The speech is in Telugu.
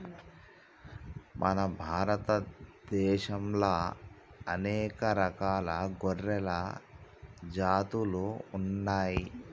మన భారత దేశంలా అనేక రకాల గొర్రెల జాతులు ఉన్నయ్యి